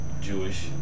Jewish